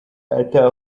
ata